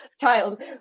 child